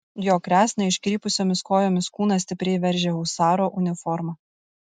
jo kresną iškrypusiomis kojomis kūną stipriai veržia husaro uniforma